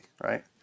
right